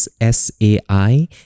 S-A-I